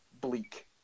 bleak